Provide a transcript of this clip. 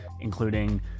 including